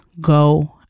go